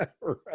right